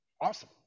Awesome